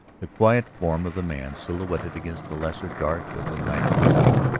the quiet form of the man silhouetted against the lesser dark of the night without.